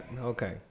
Okay